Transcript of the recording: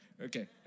Okay